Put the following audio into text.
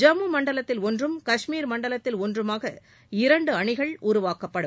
ஜம்மு மண்டலத்தில் ஒன்றும் காஷ்மீர் மண்டலத்தில் ஒன்றுமாக இரண்டு அணிகள் உருவாக்கப்படும்